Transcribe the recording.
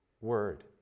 word